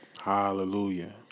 Hallelujah